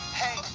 hey